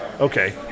Okay